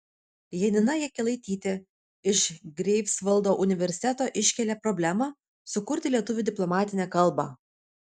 janina jakelaitytė iš greifsvaldo universiteto iškelia problemą sukurti lietuvių diplomatinę kalbą